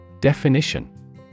Definition